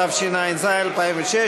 התשע"ז 2016,